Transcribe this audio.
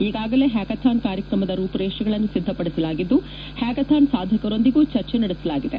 ಈಗಾಗಲೇ ಪ್ಯಾಕಥಾನ್ ಕಾರ್ಯಕ್ರಮದ ರೂಮರೇಷಗಳನ್ನು ಸಿದ್ದಪಡಿಸಲಾಗಿದ್ದು ಪ್ಡಾಕಥಾನ್ ಸಾಧಕರೊಂದಿಗೂ ಚರ್ಚೆ ನಡೆಸಲಾಗಿದೆ